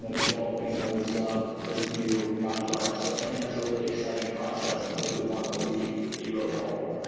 ah developing those those new guidelines. so i think that's a really exciting process and hopefully one that'll be be really helpful.